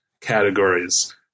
categories